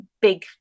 big